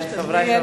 חברי חברי הכנסת,